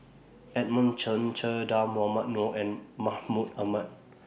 Edmund Chen Che Dah Mohamed Noor and Mahmud Ahmad